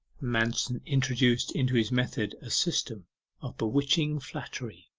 manston introduced into his method a system of bewitching flattery,